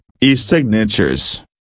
e-signatures